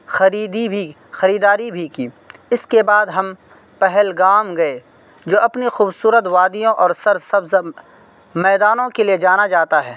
خریدی بھی خریداری بھی کی اس کے بعد ہم پہلگام گئے جو اپنی خوبصورت وادیوں اور سرسبز میدانوں کے لیے جانا جاتا ہے